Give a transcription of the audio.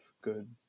good